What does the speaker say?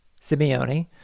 Simeone